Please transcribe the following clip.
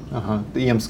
aha tai jiems